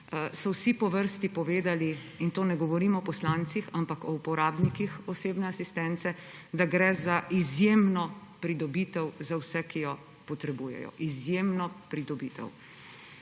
so vsi po vrsti povedali, in ne govorimo o poslancih, ampak o uporabnikih osebne asistence, da gre za izjemno pridobitev za vse, ki jo potrebujejo. Izjemno pridobitev.